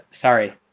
Sorry